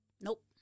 Nope